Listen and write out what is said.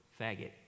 Faggot